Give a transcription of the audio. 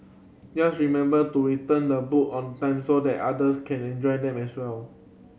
just remember to return the book on time so that others can enjoy them as well